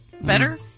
better